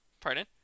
Pardon